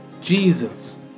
Jesus